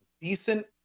decent